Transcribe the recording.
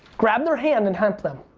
grab their hand and help them.